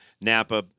Napa